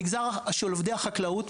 המגזר של עובדי החקלאות,